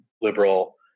liberal